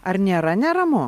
ar nėra neramu